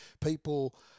People